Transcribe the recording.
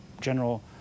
general